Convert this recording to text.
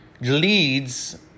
leads